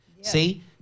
See